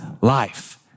life